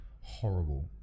horrible